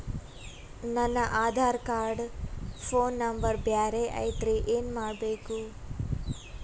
ನನ Aadhaar card phone number ಬ್ಯಾರೆ ಐತ್ರಿ ಏನ ಮಾಡಬೇಕು?